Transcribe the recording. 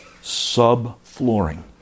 sub-flooring